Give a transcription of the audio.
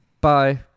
Bye